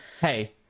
hey